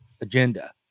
agenda